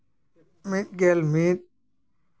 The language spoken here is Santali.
ᱢᱤᱫ ᱜᱮᱞ ᱢᱤᱫ